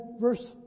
verse